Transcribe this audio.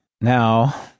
Now